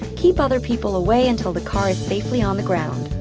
keep other people away until the car is safely on the ground.